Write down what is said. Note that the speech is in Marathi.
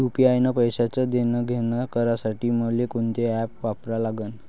यू.पी.आय न पैशाचं देणंघेणं करासाठी मले कोनते ॲप वापरा लागन?